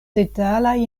detalaj